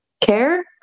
care